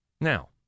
Now